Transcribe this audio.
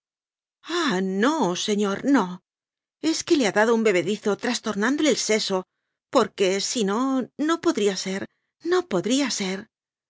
ah no señor no es que le ha dado un bebedizo trastornándole el seso porque si no no podría ser no podría ser